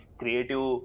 creative